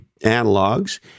analogs